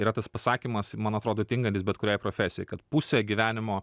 yra tas pasakymas man atrodo tinkantis bet kuriai profesijai kad pusę gyvenimo